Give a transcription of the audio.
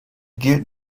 gilt